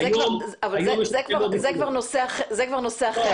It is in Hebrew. זה כבר נושא אחר.